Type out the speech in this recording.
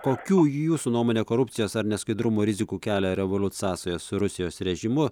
kokių jūsų nuomone korupcijos ar neskaidrumo rizikų kelia revoliut sąsajos su rusijos režimu